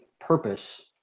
purpose